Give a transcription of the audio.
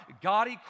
God